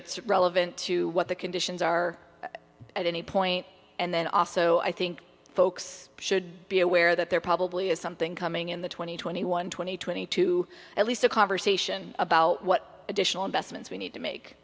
it's relevant to what the conditions are at any point and then also i think folks should be aware that there probably is something coming in the twenty twenty one twenty twenty two at least a conversation about what additional investments we need to make